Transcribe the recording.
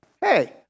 hey